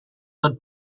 der